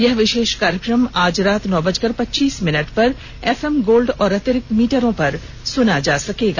यह विशेष कार्यक्रम आज रात नौ बजेकर पच्चीस मिनट पर एफएम गोल्ड और अतिरिक्त मीटरों पर सुना जा सकता है